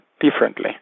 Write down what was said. differently